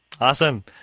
Awesome